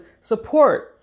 support